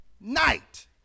night